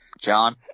John